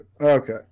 Okay